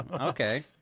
Okay